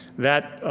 that